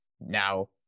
now